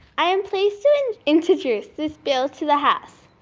i am pleased to introduce this bill to the house.